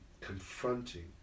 confronting